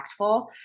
impactful